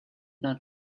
not